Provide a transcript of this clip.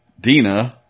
Dina